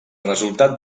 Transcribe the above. resultat